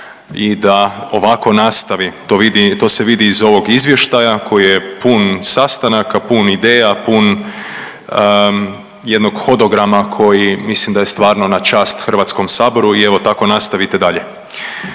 i da ovako nastavi. To vidi, to se vidi iz ovog Izvještaja koji je pun sastanaka, pun ideja, pun jednog hodograma koji, mislim da je stvarno na čast HS-u i evo, tako nastavite dalje.